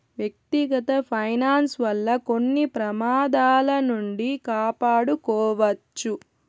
వ్యక్తిగత ఫైనాన్స్ వల్ల కొన్ని ప్రమాదాల నుండి కాపాడుకోవచ్చు